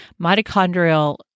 Mitochondrial